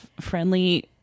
friendly